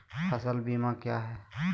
फ़सल बीमा क्या है?